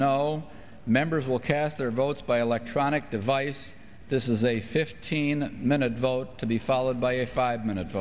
no members will cast their votes by electronic device this is a fifteen minute vote to be followed by a five minute